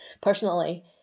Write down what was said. personally